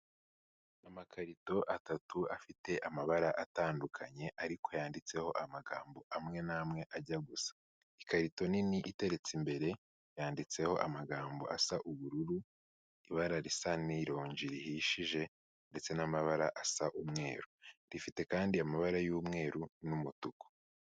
Amakarito atatu afite amabara atandukanye ariko yanditseho amagambo amwe n'amwe ajya gusa. Ikarito nini iteretse imbere, yanditseho amagambo asa ubururu, ibara risa n'ironji rihishije ndetse n'amabara asa umweru, rifite kandi amabara y'umweru n'umutuku.